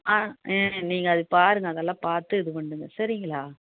ஆ ஆ நீங்கள் அதை பாருங்கள் அதெல்லாம் பார்த்து இது பண்ணுங்கள் சரிங்களா